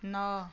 नओ